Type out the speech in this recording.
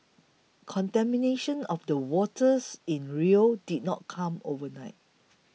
contamination of the waters in Rio did not come overnight